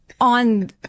on